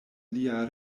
lia